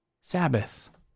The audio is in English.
Sabbath